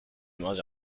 mangé